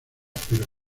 pero